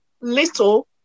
little